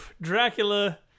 Dracula